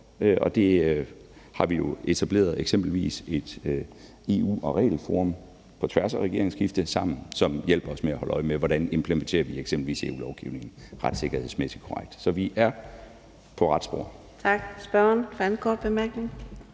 og der har vi jo eksempelvis etableret et EU- og regelforum på tværs af regeringsskiftet sammen, som hjælper os med at holde øje med, hvordan vi eksempelvis implementerer EU-lovgivning retsikkerhedsmæssigt korrekt. Så vi er på rette spor. Kl. 19:08 Fjerde næstformand